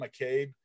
McCabe